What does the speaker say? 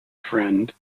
friend